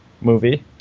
movie